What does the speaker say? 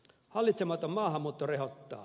hallitsematon maahanmuutto rehottaa